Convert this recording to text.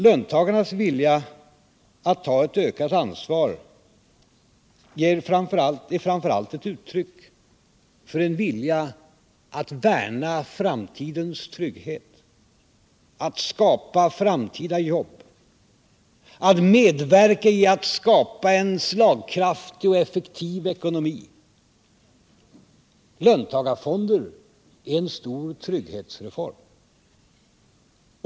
Löntagarnas vilja att ta ett ökat ansvar är framför allt ett uttryck för en vilja att värna framtidens trygghet, att skapa framtida jobb, att medverka till att skapa en slagkraftig och effektiv ekonomi. Löntagarfonderna är en stor trygghetsreform.